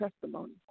testimony